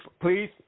please